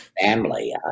family